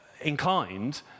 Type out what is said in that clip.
inclined